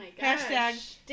Hashtag